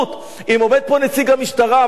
אם עומד פה נציג המשטרה ואני שואל אותו,